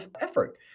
effort